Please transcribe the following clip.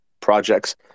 projects